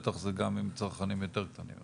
אז בטח זה גם עם צרכנים יותר קטנים.